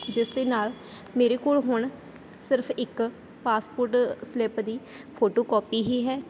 ਜਿਸ ਦੇ ਨਾਲ ਮੇਰੇ ਕੋਲ ਹੁਣ ਸਿਰਫ਼ ਇੱਕ ਪਾਸਪੋਰਟ ਸਲਿਪ ਦੀ ਫੋਟੋਕਾਪੀ ਹੀ ਹੈ